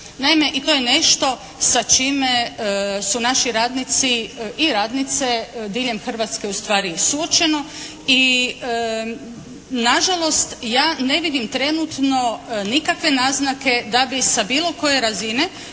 Naime, i to je nešto sa čime su naši radnici i radnice diljem Hrvatske ustvari i suočeni. I nažalost, ja ne vidim trenutno nikakve naznake da bi sa bilo koje razine,